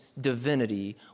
divinity